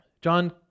John